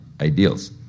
ideals